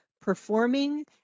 performing